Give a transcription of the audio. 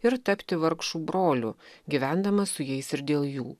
ir tapti vargšų broliu gyvendamas su jais ir dėl jų